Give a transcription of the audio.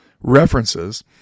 references –